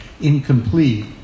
incomplete